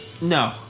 No